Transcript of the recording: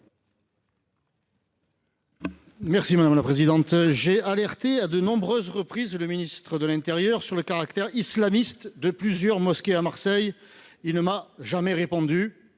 M. Stéphane Ravier. J’ai alerté à de nombreuses reprises le ministre de l’intérieur sur le caractère islamiste de plusieurs mosquées à Marseille. Il ne m’a jamais répondu,